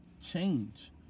change